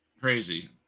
crazy